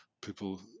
people